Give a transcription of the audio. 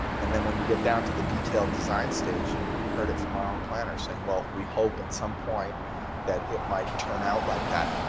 and then when you get down to the detailed design stage, we heard it from our own planner saying, well, we hope at some point that it might turn out like that.